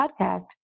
podcast